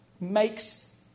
makes